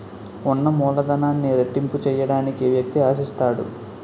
ఉన్న మూలధనాన్ని రెట్టింపు చేయడానికి వ్యక్తి ఆశిస్తాడు